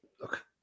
look